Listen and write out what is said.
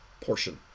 portion